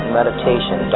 meditation